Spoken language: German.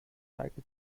meike